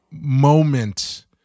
moment